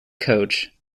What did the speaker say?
coach